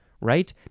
right